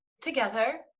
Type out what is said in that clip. together